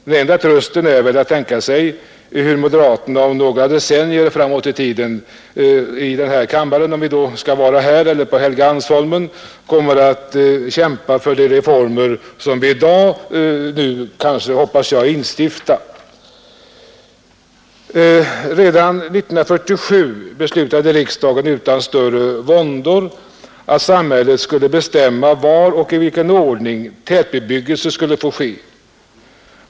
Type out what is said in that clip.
Den enda trösten är väl att tänka sig hur moderaterna några decennier framåt i tiden här i kammaren — om vi då är här eller på Helgeandsholmen — kommer att kämpa för att behålla resultatet av de reformer som vi i dag, hoppas jag, skall genomföra. Redan år 1947 beslutade riksdagen utan större våndor att samhället skulle bestämma var och i vilken tidsordning tätbebyggelse skulle få ske.